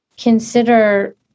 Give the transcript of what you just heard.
Consider